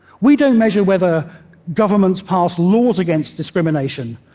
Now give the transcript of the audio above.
we don't measure whether governments pass laws against discrimination,